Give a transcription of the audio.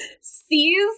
sees